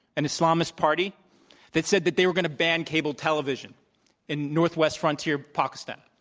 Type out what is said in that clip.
an islamist party that said that they were going to ban cable television in northwest frontier pakistan.